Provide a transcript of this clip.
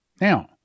Now